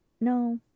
No